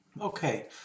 Okay